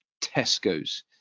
Tesco's